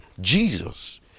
Jesus